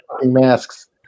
Masks